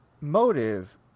motive